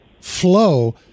flow